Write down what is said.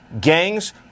gangs